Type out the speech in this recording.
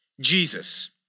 Jesus